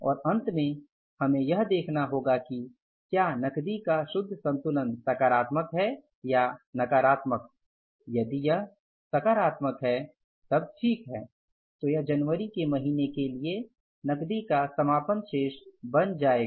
और अंत में हमें यह देखना होगा कि क्या नकदी का शुद्ध संतुलन सकारात्मक है या नकारात्मक यदि यह सकारात्मक है तब ठीक है तो यह जनवरी के महीने के लिए नकदी का समापन शेष बन जाएगा